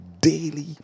daily